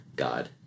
God